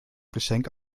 geschenk